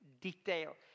Detail